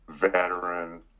veteran